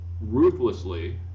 ruthlessly